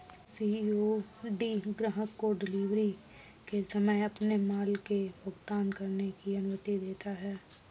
COD ग्राहक को delivery के समय अपने माल के लिए भुगतान करने की अनुमति देता है